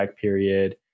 period